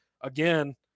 Again